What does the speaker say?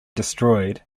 destroyed